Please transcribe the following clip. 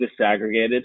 disaggregated